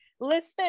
Listen